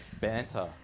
banter